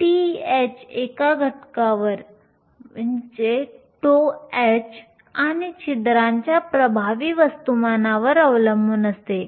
τh एका घटकावर τh आणि छिद्रांच्या प्रभावी वस्तुमानावर अवलंबून असते